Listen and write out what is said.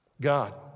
God